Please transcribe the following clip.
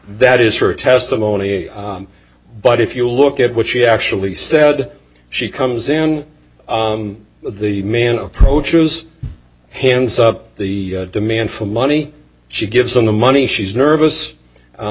that is for testimony but if you look at what she actually said she comes in and the man approaches hands of the demand for money she gives him the money she's nervous